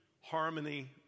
harmony